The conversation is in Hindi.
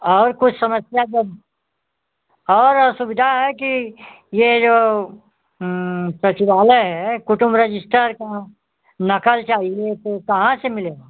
और कुछ समस्या जब और असुविधा है कि ये जो सचिवालय है कुटुंब रजिस्टर का नकल चाहिए तो कहाँ से मिलेगा